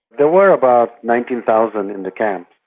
there were about nineteen thousand in the camps,